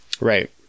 Right